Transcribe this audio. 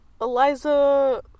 Eliza